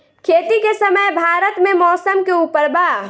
खेती के समय भारत मे मौसम के उपर बा